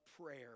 prayer